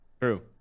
true